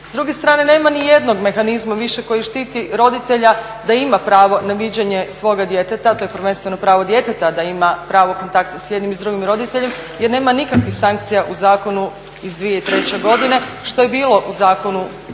S druge strane nema nijednog mehanizma više koji štiti roditelja da ima pravo na viđanje svoga djeteta, to je prvenstveno pravo djeteta da ima pravo kontakta s jednim i s drugim roditeljem jer nema nikakvih sankcija u zakonu iz 2003.godine što je bilo u zakonu